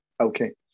okay